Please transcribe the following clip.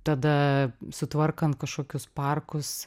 tada sutvarkant kažkokius parkus